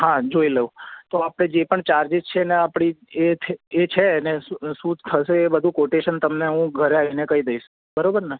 હા જોઈ લઉં તો આપણે જે પણ ચાર્જીસ છે એને આપણી એ છે અને શું શું થશે એ બધું કોટેશન હું તમને ઘરે આવીને કહી દઈશ બરાબર ને